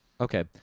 Okay